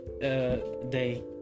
day